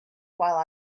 while